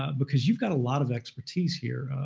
ah because you've got a lot of expertise here.